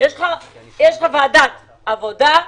יש ועדת עבודה,